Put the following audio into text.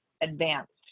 advanced